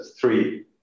three